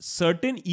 certain